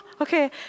okay